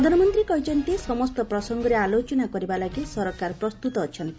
ପ୍ରଧାନମନ୍ତ୍ରୀ କହିଛନ୍ତି ସମସ୍ତ ପ୍ରସଙ୍ଗରେ ଆଲୋଚନା କରିବା ଲାଗି ସରକାର ପ୍ରସ୍ତୁତ ଅଛନ୍ତି